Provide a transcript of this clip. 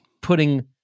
putting